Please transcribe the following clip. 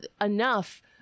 enough